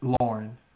Lauren